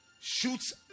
shoots